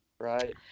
Right